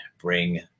bring